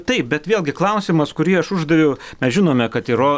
taip bet vėlgi klausimas kurį aš uždaviau ar žinome kad ir ro